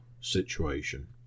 situation